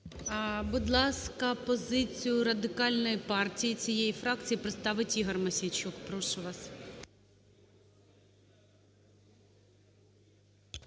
Будь ласка, позицію Радикальної партії, цієї фракції, представить Ігор Мосійчук. Прошу вас.